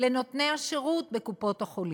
לנותני השירות בקופות-החולים.